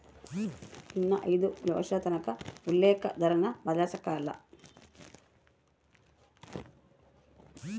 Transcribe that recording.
ಇನ್ನ ಐದು ವರ್ಷದತಕನ ಉಲ್ಲೇಕ ದರಾನ ಬದ್ಲಾಯ್ಸಕಲ್ಲ